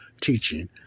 teaching